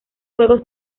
juegos